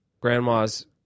grandma's